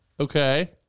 Okay